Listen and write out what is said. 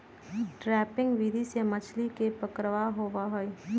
trapping विधि से मछली के पकड़ा होबा हई